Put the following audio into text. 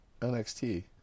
NXT